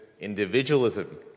individualism